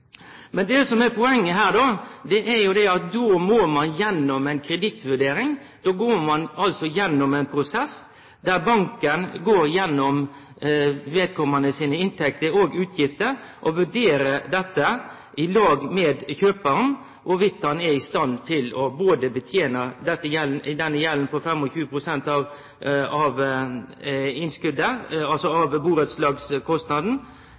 Men det som er poenget her, er at då må ein gjennom ei kredittvurdering. Då går ein gjennom ein prosess der banken går gjennom vedkomande sine inntekter og utgifter, og vurderer i lag med kjøparen om han er i stand til å betene denne gjelda på 25 pst. av burettslagskostnaden, i tillegg til del av fellesgjeld. Det betyr sjølvsagt at dersom ein har ein burettslagsleilegheit som kostar 2 mill. kr, kan altså